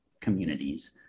communities